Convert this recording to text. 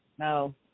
No